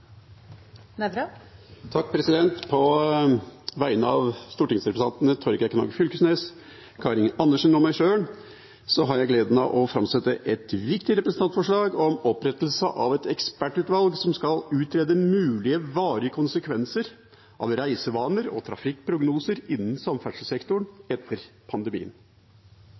På vegne av stortingsrepresentantene Torgeir Knag Fylkesnes, Karin Andersen og meg sjøl har jeg gleden av å framsette et viktig representantforslag om opprettelse av et ekspertutvalg som skal utrede mulig varige konsekvenser av reisevaner og trafikkprognoser innen samferdselssektoren etter